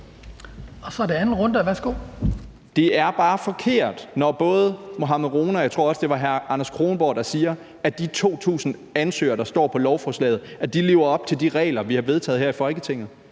Det er bare forkert, når både hr. Mohammad Rona og hr. Anders Kronborg, tror jeg også det var, siger, at de 2.000 ansøgere, der står på lovforslaget, lever op til de regler, vi har vedtaget her i Folketinget.